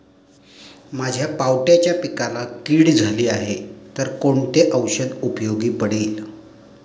माझ्या पावट्याच्या पिकाला कीड झाली आहे तर कोणते औषध उपयोगी पडेल?